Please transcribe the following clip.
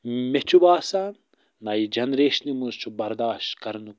مےٚ چھُ باسان نَیہِ جنریشنہِ منٛز چھُ برداشت کَرنُک